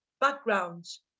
backgrounds